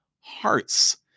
hearts